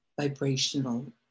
vibrational